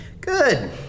Good